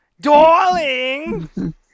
Darling